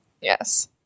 Yes